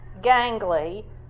gangly